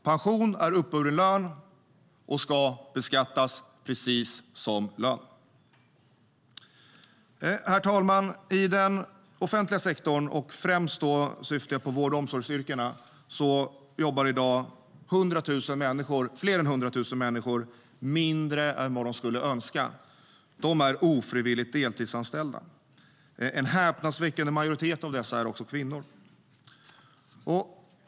Pension är uppburen lön, och ska beskattas precis som lön. Herr talman! I den offentliga sektorn, främst vård och omsorgsyrkena, jobbar i dag fler än 100 000 människor mindre än de skulle önska. De är ofrivilligt deltidsanställda. En häpnadsväckande majoritet av dessa är också kvinnor.